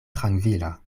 trankvila